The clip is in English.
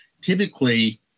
typically